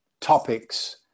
topics